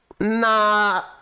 nah